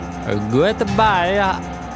Goodbye